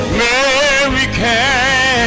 America